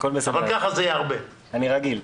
הכול בסדר, אני רגיל.